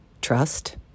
trust